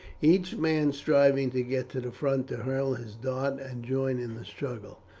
each man striving to get to the front to hurl his dart and join in the struggle.